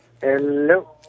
Hello